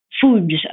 foods